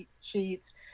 sheets